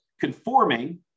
conforming